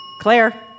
Claire